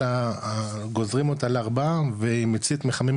אלא גוזרים אותה לארבעה ועם מצית מחממים